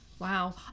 Wow